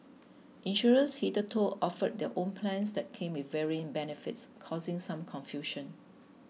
insurers hitherto offered their own plans that came with varying benefits causing some confusion